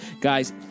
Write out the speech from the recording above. Guys